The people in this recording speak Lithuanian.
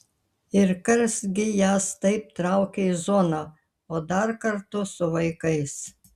ir kas gi jas taip traukia į zoną o dar kartu su vaikais